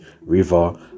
River